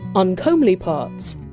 uncomely parts?